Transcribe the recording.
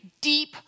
deep